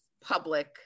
public